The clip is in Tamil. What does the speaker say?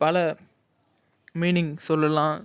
பல மீனிங் சொல்லுலாம்